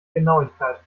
genauigkeit